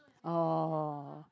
oh